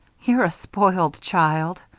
you're a spoiled child,